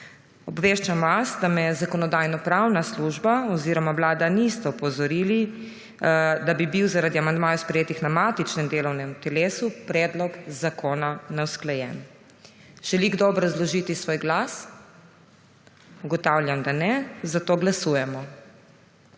Obveščam vas, da me Zakonodajno-pravna služba oziroma Vlada nista opozorili, da bi bil zaradi amandmajev, sprejetih na matičnem delovnem telesu, predlog zakona neusklajen. Želi kdo obrazložiti svoj glas? Ugotavljam, da ne, zato glasujemo.